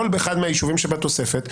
כל אחד מהיישובים שבתוספת,